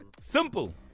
simple